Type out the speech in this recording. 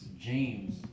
James